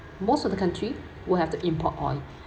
most of the country will have to import oil